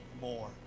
more